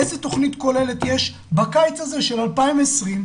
איזה תוכנית כוללת יש בקיץ הזה של 2020,